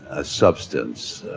a substance,